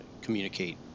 communicate